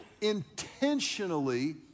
intentionally